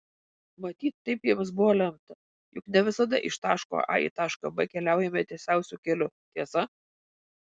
matyt taip jiems buvo lemta juk ne visada iš taško a į tašką b keliaujame tiesiausiu keliu tiesa